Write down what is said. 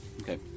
Okay